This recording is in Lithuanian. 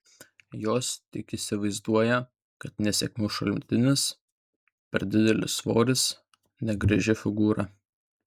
jos tik įsivaizduoja kad nesėkmių šaltinis per didelis svoris negraži figūra